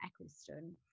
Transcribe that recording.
Eccleston